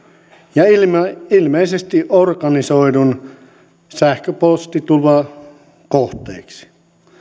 ja ilmeisesti organisoidun sähköpostitulvan kohteeksi